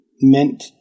meant